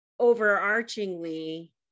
overarchingly